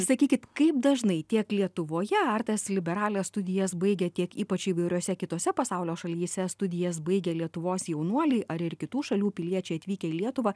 sakykit kaip dažnai tiek lietuvoje artes liberales studijas baigę tiek ypač įvairiose kitose pasaulio šalyse studijas baigę lietuvos jaunuoliai ar ir kitų šalių piliečiai atvykę į lietuvą